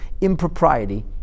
impropriety